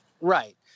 Right